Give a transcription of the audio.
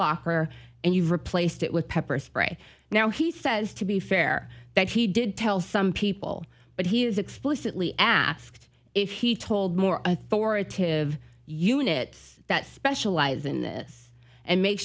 locker and you've replaced it with pepper spray now he says to be fair that he did tell some people but he was explicitly asked if he told more authoritative units that specialize in this and make